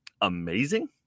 amazing